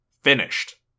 Finished